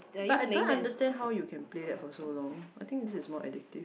but I don't understand how you can play that for so long I think this is more addictive